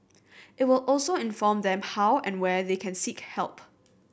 it will also inform them how and where they can seek help